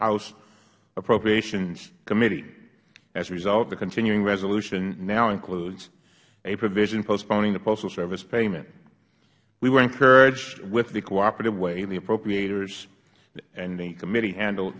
house appropriations committee as a result the continuing resolution now includes a provision postponing the postal service payment we were encouraged with the cooperative way the appropriators and the committee handle